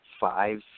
five